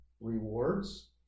rewards